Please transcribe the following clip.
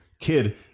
kid